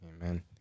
Amen